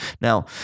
Now